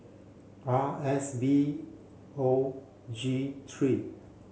R S V O G three